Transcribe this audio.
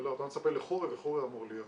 אבל אתה מצפה לחורי וחורי אמור להיות